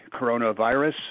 coronavirus